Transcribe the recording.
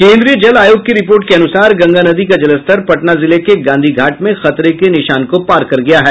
केंद्रीय जल आयोग की रिपोर्ट के अनुसार गंगा नदी का जलस्तर पटना जिले के गांधीघाट में खतरे के निशान को पार कर गया है